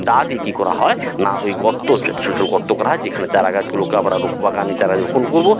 দা দিয়ে কী করা হয় না ওই গর্ত ছোটো ছোটো গর্ত করা হয় যেখানে চারা গাছগুলোকে আমরা রোপ বাগানে চারা রোপন করবো